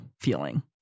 feeling